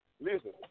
listen